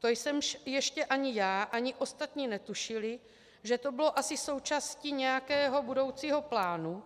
To jsme ještě ani já ani ostatní netušili, že to bylo asi součástí nějakého budoucího plánu,